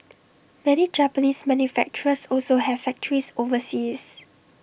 many Japanese manufacturers also have factories overseas